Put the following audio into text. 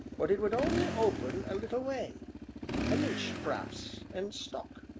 but it would only open a little way an inch, p'r'aps, an' stuck.